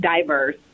diverse